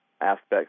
aspects